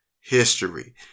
history